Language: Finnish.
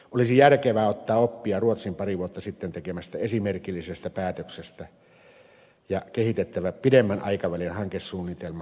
olisi järkevää ottaa oppia ruotsin pari vuotta sitten tekemästä esimerkillisestä päätöksestä ja olisi kehitettävä pidemmän aikavälin hankesuunnitelma perusväylänpitoa varten